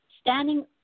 standing